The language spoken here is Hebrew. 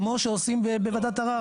כמו שעושים בוועדת ערר.